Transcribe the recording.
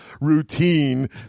routine